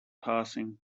passing